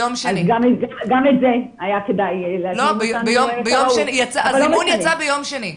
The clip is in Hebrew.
הזימון יצא ביום שני.